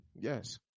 yes